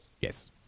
Yes